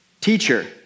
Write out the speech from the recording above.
Teacher